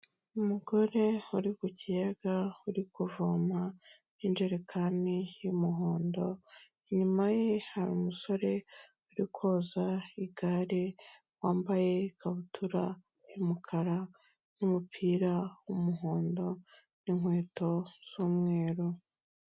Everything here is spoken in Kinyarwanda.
Umugore wari ku kiyaga uri kuvoma, injerekani y'umuhondo, inyuma ye hari umusore uri koza igare, wambaye ikabutura y'umukara n'umupira w'umuhondo n'inkweto z'umweru.